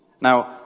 Now